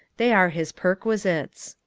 they are his perquisites.